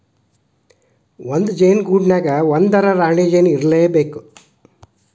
ಒಂದ ಜೇನ ಗೂಡಿನ್ಯಾಗ ಒಂದರ ರಾಣಿ ಜೇನ ಇರಲೇಬೇಕ